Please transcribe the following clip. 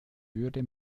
würde